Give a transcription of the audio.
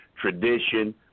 tradition